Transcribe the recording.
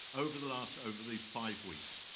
over the last, over these five weeks.